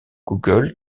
google